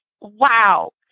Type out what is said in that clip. wow